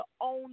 own